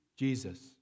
Jesus